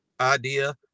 idea